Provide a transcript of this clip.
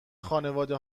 خانواده